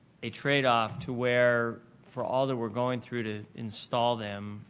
a tradeoff to where, for all that we're going through to install them.